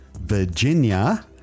Virginia